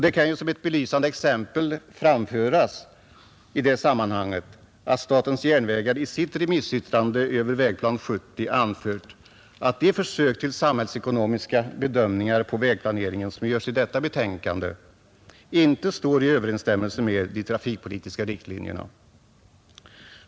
Det kan ju som ett belysande exempel framföras i det sammanhanget att statens järnvägar i sitt remissyttrande över Vägplan 1970 anfört att de försök till samhällsekonomiska bedömningar beträffande vägplaneringen, som görs i detta betänkande, inte står i överensstämmelse med de trafikpolitiska riktlinjerna.